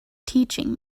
teaching